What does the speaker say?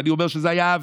ואני אומר שזה היה עוול.